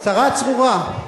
צרה צרורה.